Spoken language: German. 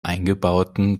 eingebauten